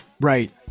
right